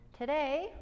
Today